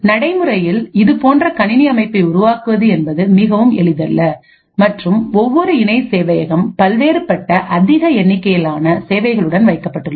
நடைமுறையில் இதுபோன்ற கணினி அமைப்பை உருவாக்குவது என்பது மிகவும் எளிதல்ல மற்றும் ஒவ்வொரு இணை சேவையகம் பல்வேறுபட்ட அதிக எண்ணிக்கையிலான சேவைகளுடன் வைக்கப்பட்டுள்ளது